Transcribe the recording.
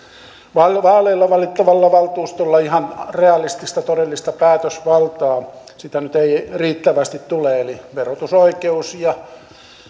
eli vaaleilla valittavalla valtuustolla olisi ihan realistista todellista päätösvaltaa sitä nyt ei riittävästi tule eli olisi verotusoikeus ja